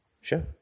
Sure